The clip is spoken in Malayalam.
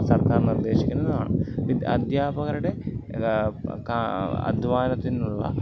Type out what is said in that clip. സർക്കാർ നിർദ്ദേശിക്കുന്നതാണ് അധ്യാപകരുടെ അദ്ധ്വാനത്തിനുള്ള